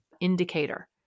indicator